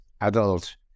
adult